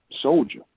soldier